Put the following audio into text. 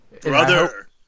brother